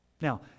Now